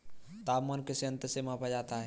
तापमान किस यंत्र से मापा जाता है?